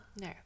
no